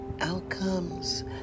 outcomes